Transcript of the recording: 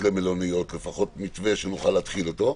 למלוניות או לפחות מתווה שנוכל להתחיל אותו.